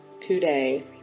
today